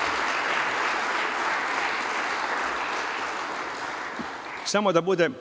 toga. Samo da budem